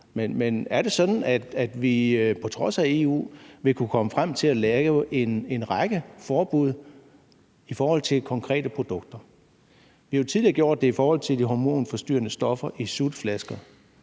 Men er det sådan, at vi på trods af EU vil kunne komme frem til at lave en række forbud i forhold til konkrete produkter? Vi har jo tidligere gjort det i forhold til de hormonforstyrrende stoffer i sutteflasker,